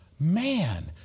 Man